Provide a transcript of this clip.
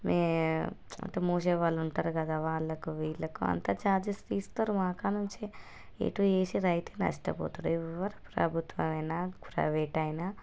మేము అంటే మోసే వాళ్ళుంటారు కదా వాళ్ళకు వీళ్ళకు అంతా ఛార్జెస్ తీస్తారు మా కాడ నుంచే ఎటు చేసే రైతు నష్టపోతాడు ఎవరూ ప్రభుత్వమైన ప్రైవేట్ అయినా